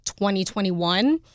2021